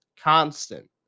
constant